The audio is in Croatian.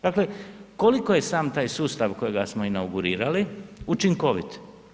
Dakle, koliko je sam taj sustav kojega smo inaugurirali učinkovit.